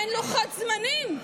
אין לוחות זמנים.